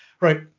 right